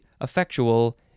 effectual